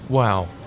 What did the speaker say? Wow